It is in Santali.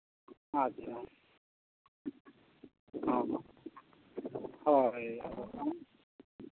ᱟᱪᱪᱷᱟ ᱚ ᱦᱳᱭ ᱟᱨ ᱵᱟᱠᱷᱟᱱ